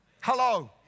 Hello